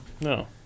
No